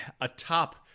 atop